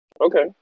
Okay